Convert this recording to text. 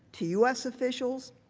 to u s. officials,